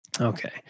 Okay